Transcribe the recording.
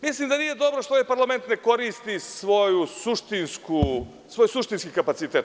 Mislim da nije dobro što ovaj parlament ne koristi svoj suštinski kapacitet.